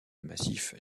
massif